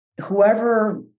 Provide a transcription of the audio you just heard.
whoever